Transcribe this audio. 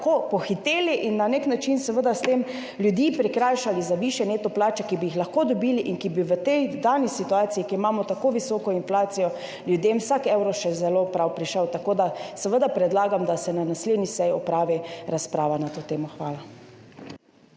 tako pohiteli in na nek način seveda s tem ljudi prikrajšali za višje neto plače, ki bi jih lahko dobili in bi v tej dani situaciji, ko imamo tako visoko inflacijo, ljudem vsak evro prišel še zelo prav. Seveda predlagam, da se na naslednji seji opravi razprava na to temo. Hvala.